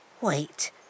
Wait